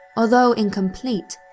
although incomplete,